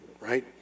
right